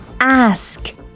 ask